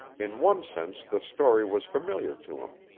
in one sense the story was familiar to him,